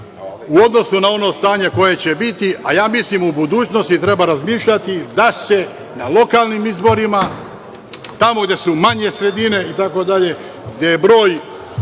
u odnosu na ono stanje koje će biti, a ja mislim u budućnosti da treba razmišljati da se na lokalnim izborima, tamo gde su manje sredine itd, gde je broj